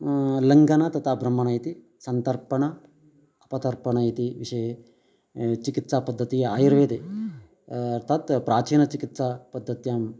लङ्घन तथा ब्रह्मण इति सन्तर्पण अपतर्पण इति विषये चिकित्सापद्धतिः आयुर्वेदे तत् प्राचीनचिकित्सापद्धत्यां